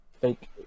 fake